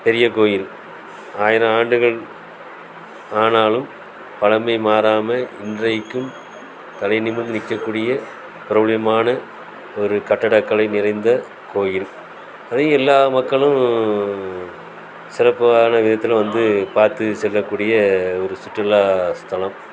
பெரியக்கோயில் ஆயிரம் ஆண்டுகள் ஆனாலும் பழமை மாறாமல் இன்றைக்கும் தலைநிமிர்ந்து நிற்கக்கூடிய பிரபலையமான ஒரு கட்டிட கலை நிறைந்த கோயில் அதுவும் எல்லா மக்களும் சிறப்பான விதத்தில் வந்து பார்த்து செல்லக்கூடிய ஒரு சுற்றுலா ஸ்தலம்